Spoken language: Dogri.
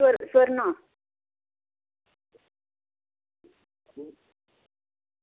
फिर फिर ना